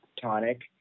tonic